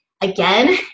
again